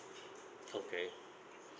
okay